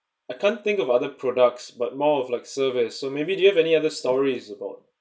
I can't think of other products but more of like service or maybe do you have any other stories about